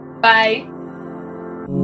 bye